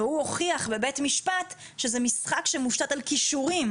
הוא הוכיח בבית המשפט שזה משחק שמושתת על כישורים,